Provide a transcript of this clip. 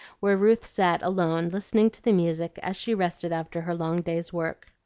where ruth sat alone listening to the music as she rested after her long day's work.